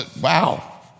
Wow